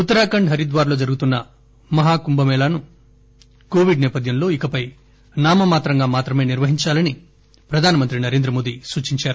ఉత్తరాఖండ్ హరిద్వార్లో జరుగుతున్న మహా కుంభమేళాను కోవిడ్ సేపథ్యంలో ఇకపై నామమాత్రంగా మాత్రమే నిర్పహించాలని ప్రధానమంత్రి నరేంద్ర మోదీ సూచించారు